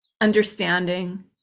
understanding